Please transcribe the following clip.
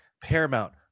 Paramount